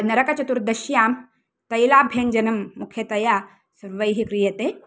नरकचतुर्दश्यां तैलाभ्यञ्जनं मुख्यतया सर्वैः क्रियते